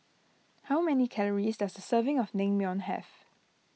how many calories does a serving of Naengmyeon have